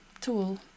tool